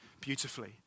beautifully